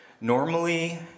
Normally